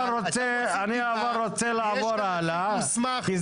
יש כאן אדם מוסמך, יועץ משפטי.